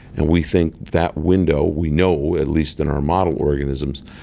and we think that window, we know, at least in our model organisms,